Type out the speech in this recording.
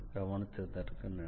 கவனித்ததற்கு நன்றி